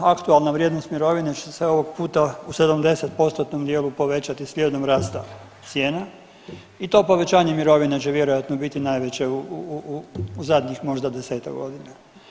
Aktualna vrijednost mirovine će se ovog puta u 70 postotnom dijelu povećati slijedom rasta cijena i to povećanje mirovine će vjerojatno biti najveće u zadnjih možda 10-ak godina.